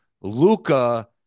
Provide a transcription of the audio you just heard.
Luca